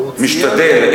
והוא ציין, משתדל.